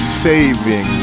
saving